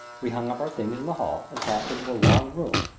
we hung up our things in the hall and passed into a long room,